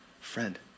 friend